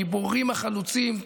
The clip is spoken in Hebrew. הגיבורים החלוצים,